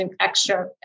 extra